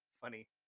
funny